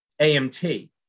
AMT